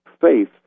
faith